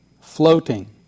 floating